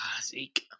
Zeke